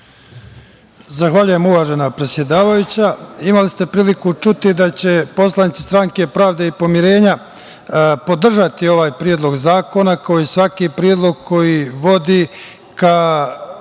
Zahvaljujem uvažena predsedavajuća. Imali ste priliku čuti da će poslanici Stranke pravde i pomirenja podržati ovaj Predlog zakona, kao i svaki predlog koji vodi da